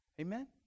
Amen